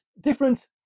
different